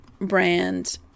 brand